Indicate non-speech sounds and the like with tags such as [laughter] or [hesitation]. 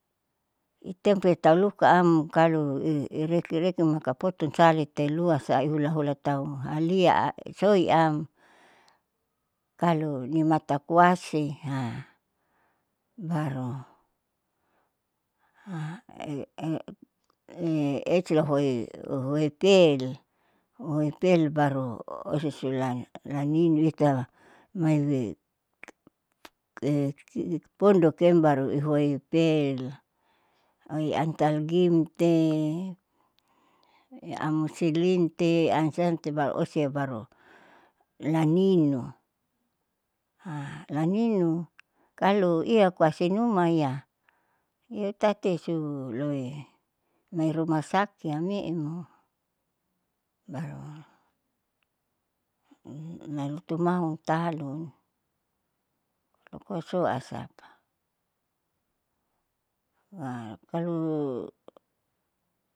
Itempel tahu lukaam kalu irekireki makapotun salite luasaihula hula tahu halia soiam, kalu nimata koasi [hesitation] baru [hesitation] e e ecilahoipel baru osisula lanimi itai [unintelligible] pondokiem baru ihuapel oiantalgimte, amoselinte, asiamte baru ose baru laninu. [hesitation] laninu kalo iakoasi numaya iyatati suloi mai ruma sakitam me'emo baru lalutumahu talu koakoaso asapa, [hesitation] baru.